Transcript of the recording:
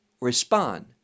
respond